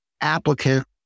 applicant